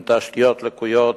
עם תשתיות לקויות,